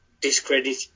discredit